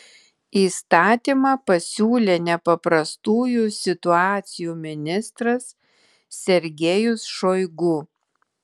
įstatymą pasiūlė nepaprastųjų situacijų ministras sergejus šoigu